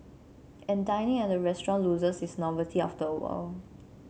and dining at a restaurant loses its novelty after a while